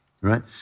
right